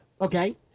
okay